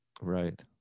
Right